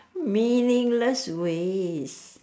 meaningless ways